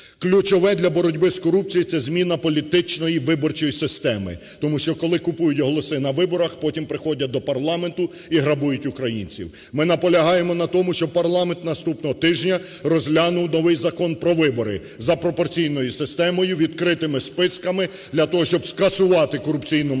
Ключове для боротьби з корупцією – це зміна політичної виборчої системи, тому що, коли купують голоси на виборах, потім приходять до парламенту і грабують українців. Ми наполягаємо на тому, щоб парламент наступного тижня розглянув новий Закон про вибори за пропорційною системою, відкритими списками для того, щоб скасувати корупційнумажоритарку